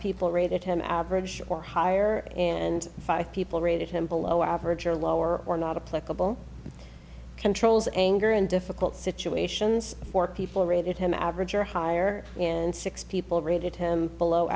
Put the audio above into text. people rated him average or higher and five people rated him below average or lower or not a clickable controls anger in difficult situations for people rated him average or higher and six people rated him below